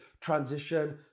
transition